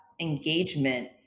engagement